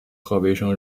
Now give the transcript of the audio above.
河北省